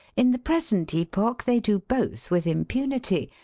in the present epoch they do both with impunity,